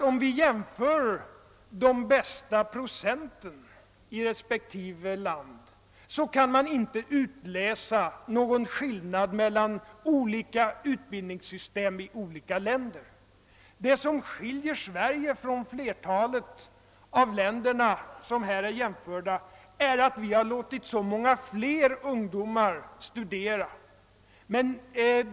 Om man jämför de bästa procenten i respektive land kan man nämligen inte utläsa någon skillnad mellan olika utbildningssystem i olika länder. Det som skiljer Sverige från flertalet av de länder, som jämförelsen gäller, är att vi har låtit så många fler ungdomar studera.